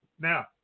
Now